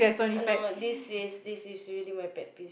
no this is this is this is really my pet peeve